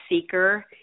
seeker